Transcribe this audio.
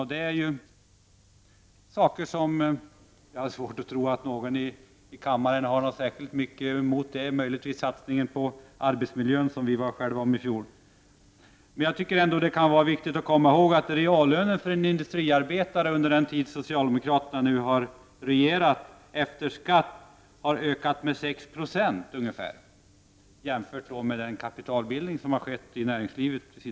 Jag har svårt att tro att någon i kammaren har särskilt mycket att invända mot det han sade på den punkten. Det kan möjligen gälla satsningen på arbetsmiljön, som vi i fjol var ensamma om att driva. Jag tycker ändå att det är viktigt att komma ihåg att reallönen för en industriarbetare under den tid socialdemokraterna nu har regerat har ökat med ungefär 6 20. Detta skall jämföras med den kapitalbildning som samtidigt har skett i näringslivet.